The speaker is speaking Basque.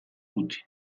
gutxi